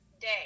day